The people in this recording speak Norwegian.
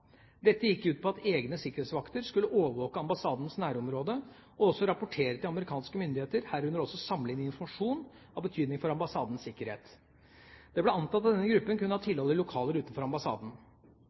Dette gikk ut på at egne sikkerhetsvakter skulle overvåke ambassadens nærområde og også rapportere til amerikanske myndigheter, herunder også samle inn informasjon av betydning for ambassadens sikkerhet. Det ble antatt at denne gruppen kunne ha